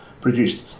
produced